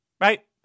right